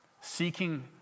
seeking